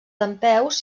dempeus